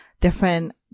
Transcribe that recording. different